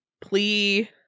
plea